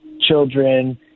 children